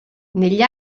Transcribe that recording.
negli